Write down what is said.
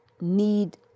need